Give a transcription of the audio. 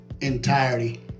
entirety